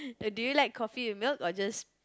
uh do you like coffee with milk or just